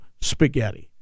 spaghetti